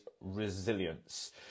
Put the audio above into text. resilience